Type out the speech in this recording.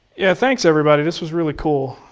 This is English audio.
yeah, thanks everybody, this was really cool.